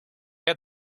had